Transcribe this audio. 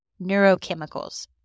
neurochemicals